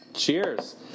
Cheers